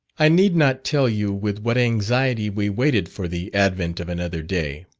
i need not tell you with what anxiety we waited for the advent of another day.